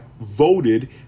voted